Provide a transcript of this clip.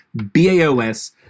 BAOS